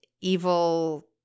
evil